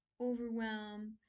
Overwhelm